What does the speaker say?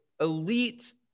elite